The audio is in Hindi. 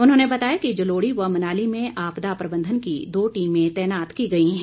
उन्होंने बताया कि जलोड़ी व मनाली में आपदा प्रबंधन की दो टीमें तैनात कर दी गई हैं